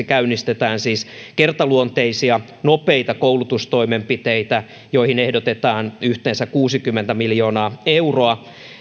käynnistetään siis kertaluonteisia nopeita koulutustoimenpiteitä joihin ehdotetaan yhteensä kuusikymmentä miljoonaa euroa